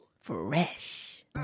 Fresh